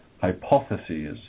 hypotheses